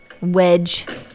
wedge